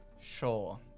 Sure